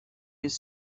his